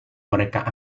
mereka